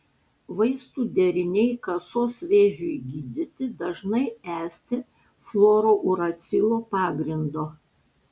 vaistų deriniai kasos vėžiui gydyti dažnai esti fluorouracilo pagrindo